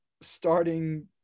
starting